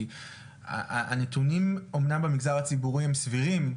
כי הנתונים, אמנם במגזר הציבורי הם סבירים,